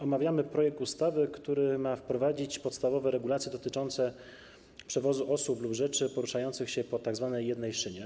Omawiamy projekt ustawy, który ma wprowadzić podstawowe regulacje dotyczące przewozu osób lub rzeczy poruszających się po tzw. jednej szynie.